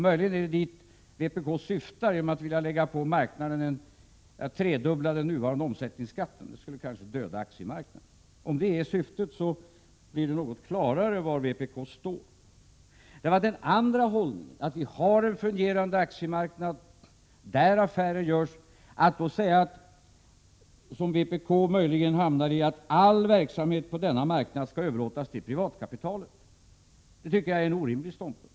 Möjligen är det dit vpk syftar genom att vilja tredubbla den nuvarande omsättningsskatten. Det skulle kanske döda aktiemarknaden. Om det är syftet, blir det något klarare var vpk står. Att med den andra hållningen, att vi har en fungerande aktiemarknad där affärer görs, säga som vpk möjligen gör, att all verksamhet på denna marknad skall överlåtas till privatkapitalet, tycker jag är en orimlig ståndpunkt.